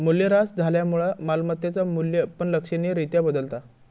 मूल्यह्रास झाल्यामुळा मालमत्तेचा मू्ल्य पण लक्षणीय रित्या बदलता